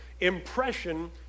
Impression